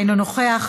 אינו נוכח,